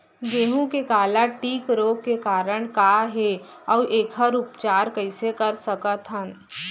गेहूँ के काला टिक रोग के कारण का हे अऊ एखर उपचार कइसे कर सकत हन?